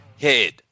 head